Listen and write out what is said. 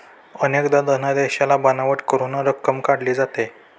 अनेकदा धनादेशाला बनावट करून रक्कम काढली जाते